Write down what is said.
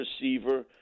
receiver